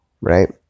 right